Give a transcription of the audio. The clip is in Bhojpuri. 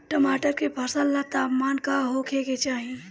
टमाटर के फसल ला तापमान का होखे के चाही?